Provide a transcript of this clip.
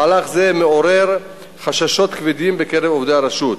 מהלך זה מעורר חששות כבדים בקרב עובדי הרשות,